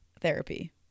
therapy